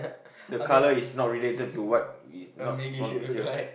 the colour is not related to what is not not the picture